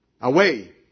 Away